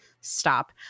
stop